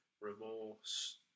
remorse